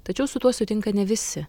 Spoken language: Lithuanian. tačiau su tuo sutinka ne visi